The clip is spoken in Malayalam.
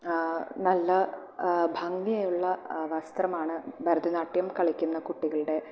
നല്ല ഭംഗിയുള്ള വസ്ത്രമാണ് ഭരതനാട്യം കളിക്കുന്ന കുട്ടികളുടെ